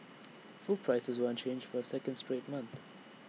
food prices were unchanged for A second straight month